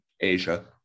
Asia